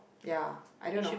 ya I don't know